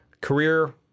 career